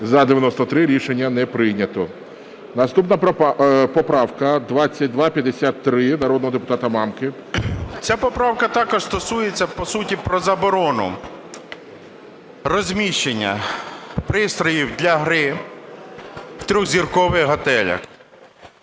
За-93 Рішення не прийнято. Наступна поправка 2253, народного депутата Мамки. 12:49:12 МАМКА Г.М. Ця поправка також стосується по суті про заборону розміщення пристроїв для гри в тризіркових готелях.